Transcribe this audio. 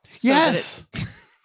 Yes